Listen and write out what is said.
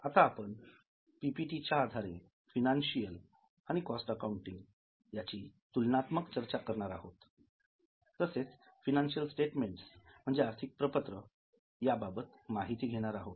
आता आपण पीपीटी च्या आधारे फिनान्शियल आणि कॉस्ट अकाउंटिंग यांची तुलनात्मक चर्चा करणार आहोत तसेच फिनान्शियल स्टेटमेंट म्हणजे आर्थिक प्रपत्र याबाबत माहिती घेणार आहोत